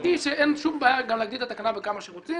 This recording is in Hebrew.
דעתי היא שאין שום בעיה גם להגדיל את התקנה בכמה שרוצים